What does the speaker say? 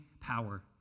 power